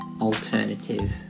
alternative